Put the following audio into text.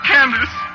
Candace